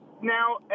Now